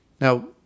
Now